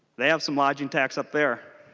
they have some lodging tax up there.